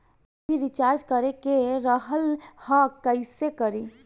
TV recharge करे के रहल ह कइसे करी?